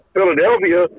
Philadelphia